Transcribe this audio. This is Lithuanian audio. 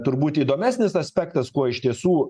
turbūt įdomesnis aspektas kuo iš tiesų